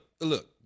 Look